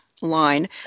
line